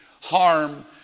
harm